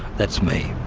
that's me.